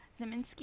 Zeminski